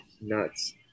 nuts